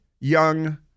young